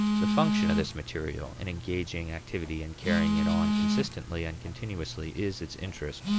the function of this material in engaging activity and carrying it on consistently and continuously is its interest.